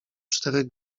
czterech